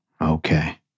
Okay